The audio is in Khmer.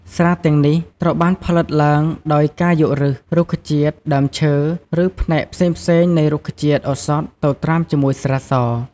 ស្រាទាំងនេះត្រូវបានផលិតឡើងដោយការយកឫស រុក្ខជាតិ ដើមឈើ ឬផ្នែកផ្សេងៗនៃរុក្ខជាតិឱសថទៅត្រាំជាមួយស្រាស។